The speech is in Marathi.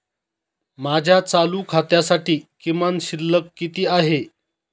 माझ्या चालू खात्यासाठी किमान शिल्लक किती आहे?